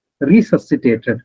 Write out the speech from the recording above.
resuscitated